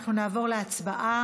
אנחנו נעבור להצבעה.